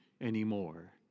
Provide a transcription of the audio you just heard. anymore